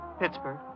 Pittsburgh